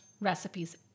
recipes